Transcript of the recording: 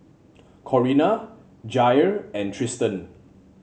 Corinna Jair and Tristan